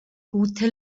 gute